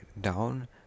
down